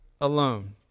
alone